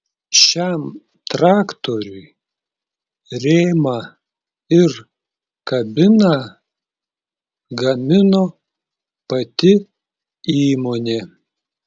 šiam traktoriui rėmą ir kabiną gamino pati įmonė